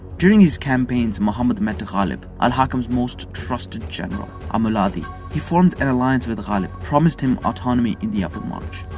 during this campaign, muhammad met ghalib, al-hakam's most trusted general, a muladi. he formed an alliance with ghalib. promised him autonomy in the upper march.